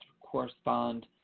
correspond